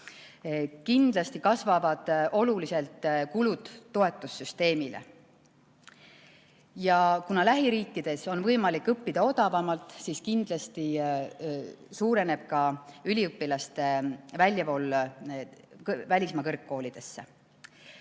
Kindlasti kasvavad oluliselt kulud toetussüsteemile. Ja kuna lähiriikides on võimalik õppida odavamalt, siis kindlasti suureneb ka üliõpilaste väljavool välismaa kõrgkoolidesse.